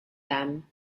them